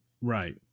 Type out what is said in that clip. Right